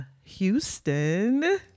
Houston